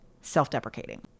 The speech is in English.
self-deprecating